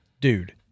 Dude